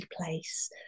place